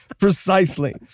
Precisely